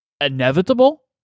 inevitable